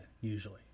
usually